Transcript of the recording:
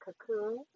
cocoon